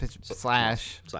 slash